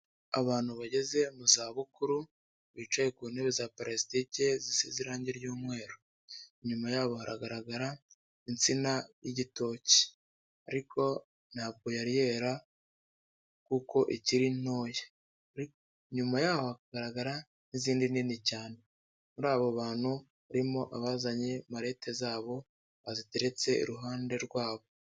Abantu bageze mu zabukuru, bicaye ku ntebe za parasitike, zisize irangi ry'umweru, inyuma yabo haragaragara insina y'igitoki ariko ntabwo yari yera kuko ikiri ntoya, inyuma yaho hagaragara n'izindi nini cyane, muri abo bantu harimo abazanye marete zabo, baziteretse iruhande rwabo.